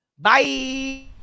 Bye